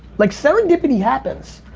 like serendipity happens.